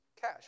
cash